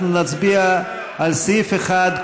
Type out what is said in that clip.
אנחנו נצביע על סעיף 1,